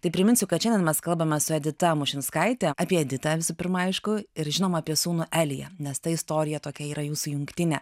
tai priminsiu kad šiandien mes kalbame su edita mušinskaite apie editą visų pirma aišku ir žinoma apie sūnų eliją nes ta istorija tokia yra jūsų jungtinė